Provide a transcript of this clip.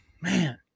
man